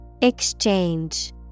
Exchange